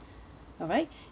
alright